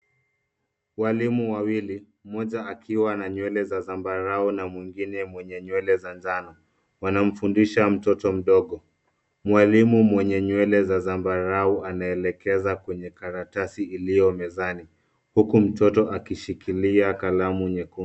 Walimu wawili mmoja akiwa na nywele za zambarau na mwengine mwenye nywele za njano wanamfundisha mtoto mdogo. Mwalimu mwenye nywele za zambarau anaelekeza kwenye karatasi iliyo mezani huku mtoto akishikilia kalamu nyekundu.